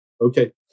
Okay